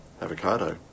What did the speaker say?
avocado